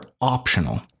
optional